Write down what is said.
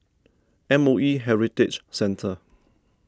M O E Heritage Centre